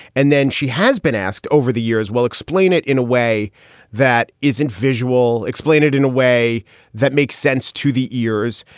and then she has been asked over the years, we'll explain it in a way that isn't visual. explain it in a way that makes sense to the ears.